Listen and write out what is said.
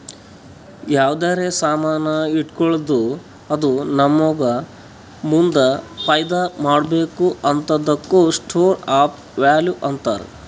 ಯಾವ್ದರೆ ಸಾಮಾನ್ ಇಟ್ಗೋಳದ್ದು ಅದು ನಮ್ಮೂಗ ಮುಂದ್ ಫೈದಾ ಕೊಡ್ಬೇಕ್ ಹಂತಾದುಕ್ಕ ಸ್ಟೋರ್ ಆಫ್ ವ್ಯಾಲೂ ಅಂತಾರ್